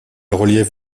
relief